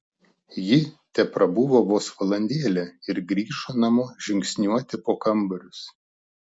ji teprabuvo vos valandėlę ir grįžo namo žingsniuoti po kambarius